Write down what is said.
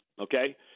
okay